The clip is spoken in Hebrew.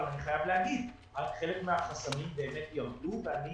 אבל אני חייב לומר שחלק מהחסמים באמת ירדו ואני